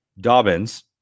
dobbins